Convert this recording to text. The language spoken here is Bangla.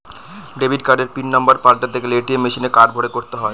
ডেবিট কার্ডের পিন নম্বর পাল্টাতে গেলে এ.টি.এম মেশিনে কার্ড ভোরে করতে হয়